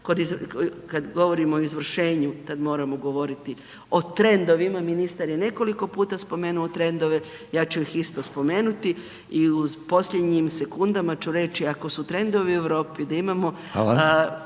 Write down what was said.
kad govorimo o izvršenju, tad moramo govoriti o trendovima, ministar je nekoliko puta spomenuo trendove, ja ću ih isto spomenuti i u posljednjim sekundama ću reći, ako su trendovi u Europi da imamo